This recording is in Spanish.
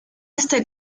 este